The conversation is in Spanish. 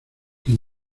que